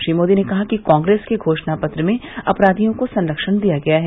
श्री मोदी ने कहा कि कांग्रेस के घोषणा पत्र में अपराधियों को संख्य दिया गया है